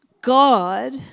God